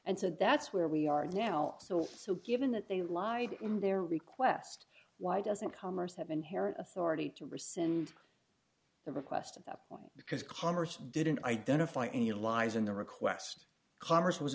and so that's where we are now so so given that they lied in their request why doesn't commerce have inherent authority to rescind the request of that point because congress didn't identify any allies in the request congress was